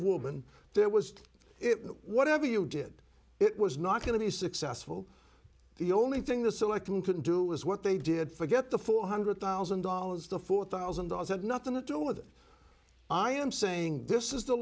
woman there was it whatever you did it was not going to be successful the only thing the selectmen couldn't do was what they did forget the four hundred thousand dollars to four thousand dollars had nothing to do with it i am saying this is the